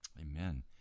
Amen